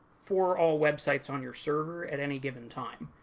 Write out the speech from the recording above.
for all websites on your server at any given time.